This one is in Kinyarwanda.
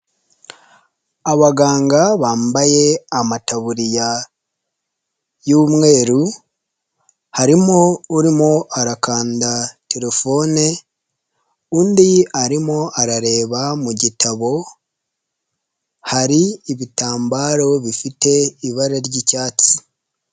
Abaganga bambaye amataburiya y'umweru, harimo urimo arakanda telefone, undi arimo arareba mu gitabo hari ibitambaro bifite ibara ry'icyatsi.